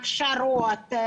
אין הכשרות.